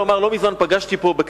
לא מזמן פגשתי פה,